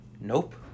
Nope